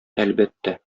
әлбәттә